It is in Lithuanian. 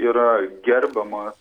yra gerbiamas